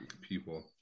people